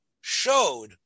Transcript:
showed